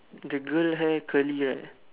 the girl hair curly right